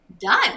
Done